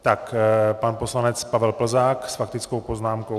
Tak pan poslanec Pavel Plzák s faktickou poznámkou.